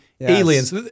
aliens